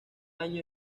año